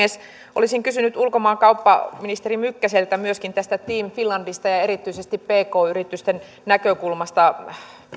olisin kysynyt ulkomaankauppaministeri mykkäseltä myöskin tästä team finlandista erityisesti pk yritysten näkökulmasta